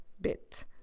bit